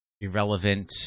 irrelevant